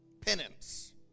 penance